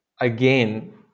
again